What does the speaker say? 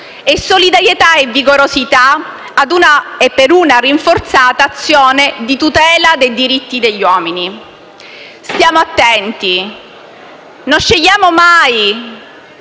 e solidarietà e vigorosità per una rinforzata azione di tutela dei diritti degli uomini. Stiamo attenti: non scegliamo mai